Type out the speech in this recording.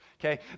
Okay